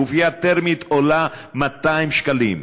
גופייה תרמית עולה 200 שקלים.